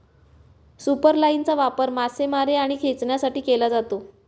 सुपरलाइनचा वापर मासेमारी आणि खेचण्यासाठी केला जातो